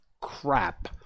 crap